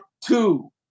two